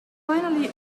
finally